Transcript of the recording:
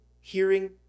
hearing